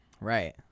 right